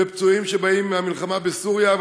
בפצועים שבאים מהמלחמה בסוריה,